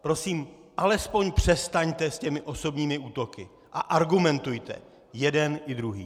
Prosím alespoň přestaňte s těmi osobními útoky a argumentujte jeden i druhý.